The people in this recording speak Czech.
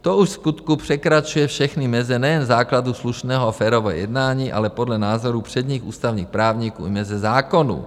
to už vskutku překračuje všechny meze nejen základů slušného a férového jednání, ale podle názoru předních ústavních právníků i meze zákonů.